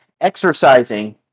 exercising